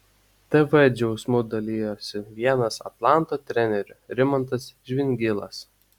tv džiaugsmu dalijosi vienas atlanto trenerių rimantas žvingilas